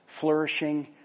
flourishing